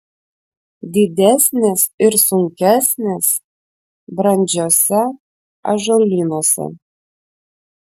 didesnės ir sunkesnės brandžiuose ąžuolynuose